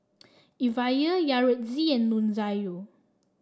Evia Yaretzi and Nunzio